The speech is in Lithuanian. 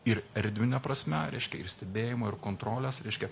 ir erdvine prasme reiškia ir stebėjimo ir kontrolės reiškia